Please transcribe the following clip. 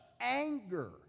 anger